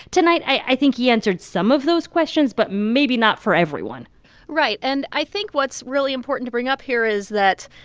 tonight i think he answered some of those questions but maybe not for everyone right. and i think what's really important to bring up here is that,